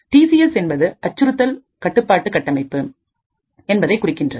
TCS என்பது அச்சுறுத்தல் கட்டுப்பாட்டு கட்டமைப்பு என்பதை குறிக்கின்றது